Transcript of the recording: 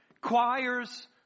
choirs